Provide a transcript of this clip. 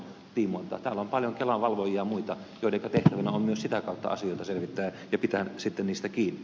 täällä on paljon kelan valvojia ja muita joidenka tehtävänä on myös sitä kautta asioita selvittää ja pitää sitten niistä kiinni